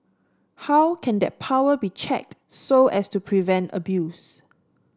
how can that power be checked so as to prevent abuse